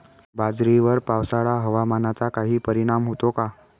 बाजरीवर पावसाळा हवामानाचा काही परिणाम होतो का?